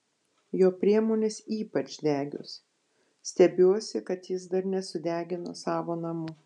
jo priemonės ypač degios stebiuosi kad jis dar nesudegino savo namų